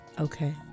Okay